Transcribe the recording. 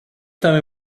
tell